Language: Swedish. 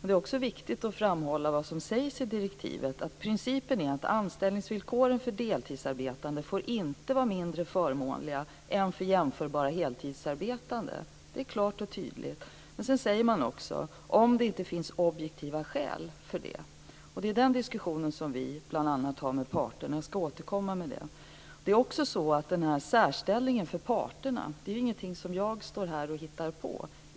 Det är också viktigt att framhålla vad som klart och tydligt sägs i direktivet, att principen är att anställningsvillkoren för deltidsarbetande inte får vara mindre förmånliga än för jämförbara heltidsarbetande, om det inte finns objektiva skäl för det. Det är bl.a. den diskussionen som vi för med parterna. Jag ska återkomma till den. Det är också så att särställningen för parterna inte är något som jag står här och hittar på.